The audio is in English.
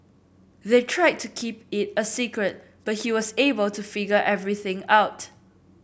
they tried to keep it a secret but he was able to figure everything out